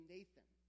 Nathan